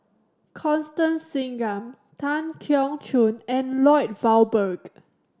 Constance Singam Tan Keong Choon and Lloyd Valberg